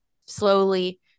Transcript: slowly